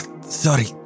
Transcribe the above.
sorry